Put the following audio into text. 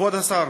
כבר אגיד: